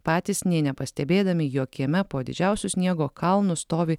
patys nė nepastebėdami jog kieme po didžiausiu sniego kalnu stovi